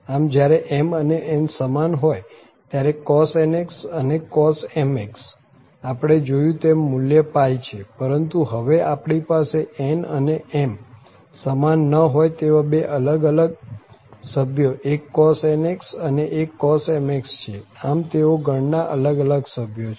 આમ જયારે m અને n સમાન હોય ત્યારે cos nx and cos mx આપણે જોયું તેમ મુલ્ય છે પરંતુ હવે આપણી પાસે n અને m સમાન ન હોય તેવા બે અલગ અલગ સભ્યો એક cos nx અને એક cos mx છે આમ તેઓ ગણ ના અલગ અલગ સભ્યો છે